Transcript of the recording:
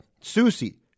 Susie